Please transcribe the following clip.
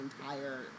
entire